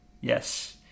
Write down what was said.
Yes